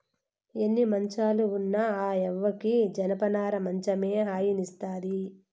ఎన్ని మంచాలు ఉన్న ఆ యవ్వకి జనపనార మంచమే హాయినిస్తాది